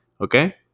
Okay